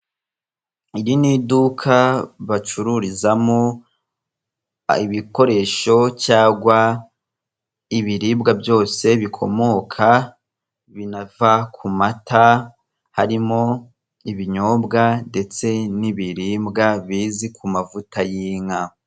Iri ni iduka bacururizamo ibikoresho cyangwa ibiribwa byose bikomoka binava kumata, harimo ibinyobwa ndetse ibiribwa bizwi kumavuta y'inka.